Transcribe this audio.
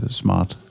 smart